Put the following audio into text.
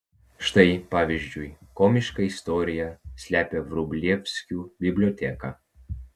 štai pavyzdžiui komišką istoriją slepia vrublevskių biblioteka